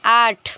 आठ